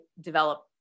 develop